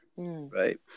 right